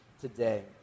today